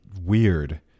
weird